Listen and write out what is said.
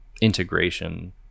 integration